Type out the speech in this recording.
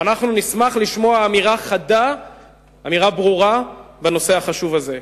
ואנחנו נשמח לשמוע אמירה חדה וברורה בנושא החשוב הזה,